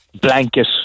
blanket